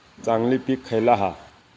चांगली पीक खयला हा?